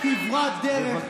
חבר הכנסת קרעי, תודה.